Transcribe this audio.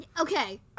okay